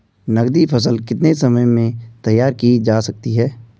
नगदी फसल कितने समय में तैयार की जा सकती है?